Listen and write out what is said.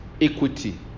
equity